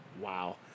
Wow